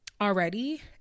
already